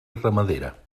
ramadera